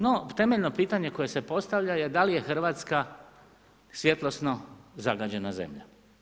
No temeljno pitanje koje se postavlja je da li je Hrvatska svjetlosno zagađena zemlja.